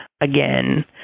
again